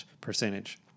percentage